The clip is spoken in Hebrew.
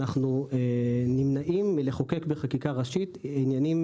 אנחנו נמנעים מלחוקק בחקיקה ראשית עניינים